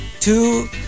Two